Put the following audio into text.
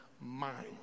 mind